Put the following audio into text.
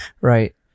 Right